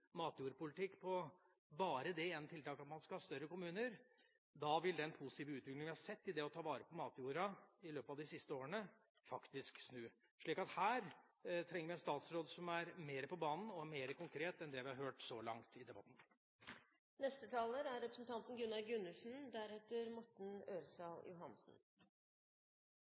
matjordpolitikk på bare det ene tiltaket at man skal ha større kommuner, vil den positive utviklinga vi har sett når det gjelder det å ta vare på matjorda i løpet av de siste årene, snu. Så her trenger vi en statsråd som er mer på banen og er mer konkret enn det vi har hørt så langt i debatten. Til siste taler